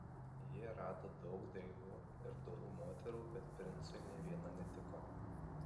jie rado daug dailių ir dorų moterų bet princui nė viena netiko